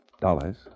Dollars